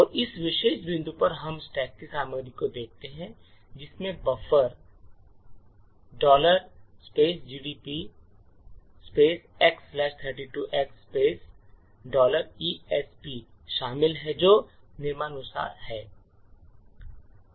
और इस विशेष बिंदु पर हम स्टैक की सामग्री को देखते हैं जिसमें बफर gdb x32x esp शामिल हैं जो निम्नानुसार है